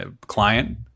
client